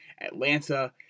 Atlanta